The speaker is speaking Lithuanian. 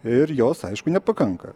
ir jos aišku nepakanka